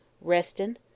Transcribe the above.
Restin